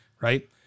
Right